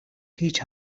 peach